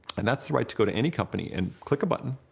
and that's the right to go to any company and click a button,